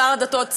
שר הדתות,